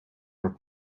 your